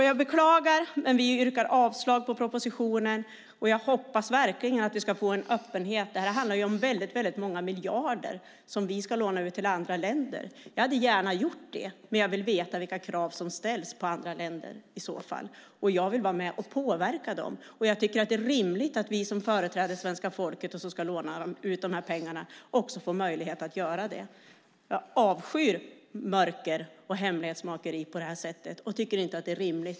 Jag beklagar, men vi yrkar avslag på propositionen. Jag hoppas verkligen att vi ska få en öppenhet. Det här handlar ju om väldigt många miljarder som vi ska låna ut till andra länder. Jag hade gärna gjort det, men jag vill veta vilka krav som ställs på andra länder i så fall, och jag vill vara med och påverka dem. Jag tycker att det är rimligt att vi som företräder svenska folket och som ska låna ut de här pengarna också får möjlighet att göra det. Jag avskyr mörker och hemlighetsmakeri på det här sättet och tycker inte att det är rimligt.